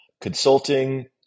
consulting